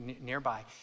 nearby